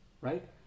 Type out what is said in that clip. right